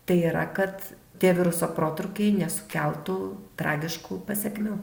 tai yra kad tie viruso protrūkiai nesukeltų tragiškų pasekmių